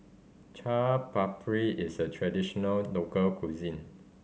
Chaat Papri is a traditional local cuisine